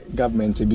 government